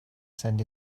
send